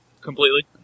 completely